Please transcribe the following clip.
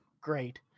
great